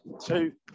two